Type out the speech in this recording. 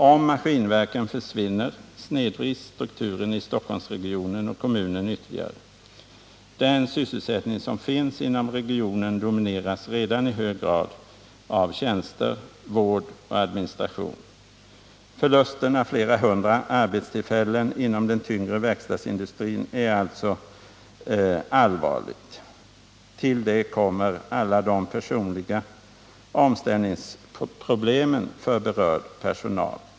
Om Maskinverken försvinner snedvrids strukturen i kommunen och Stockholmsregionen ytterligare. Den sysselsättning som finns inom regionen domineras redan i hög grad av tjänster, vård och administration. Förlusten av flera hundra arbetstillfällen inom den tyngre verkstadsindustrin är alltså allvarlig. Till det kommer alla de personliga omställningsproblemen för berörd personal.